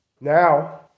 Now